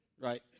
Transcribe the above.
Right